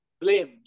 blame